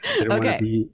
okay